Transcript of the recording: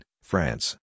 France